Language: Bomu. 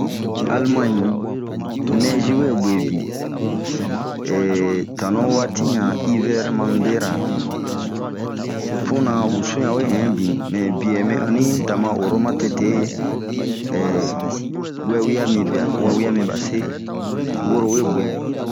Almaɲe ,nɛzi we buebin, ehh tanu wati ɲan ivɛre mami bera, puna wusu ɲa we ɛn bin mɛ bie mɛ da ma woro matete. wɛwia mibia, wɛwia miba see, woro we gue bin.